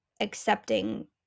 accepting